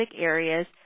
areas